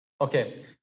Okay